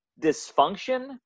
Dysfunction